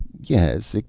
yes,